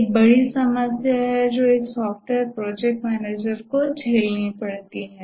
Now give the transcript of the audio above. ये एक बड़ी समस्या है जो एक सॉफ्टवेयर प्रोजेक्ट मैनेजर को झेलनी पड़ती है